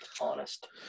honest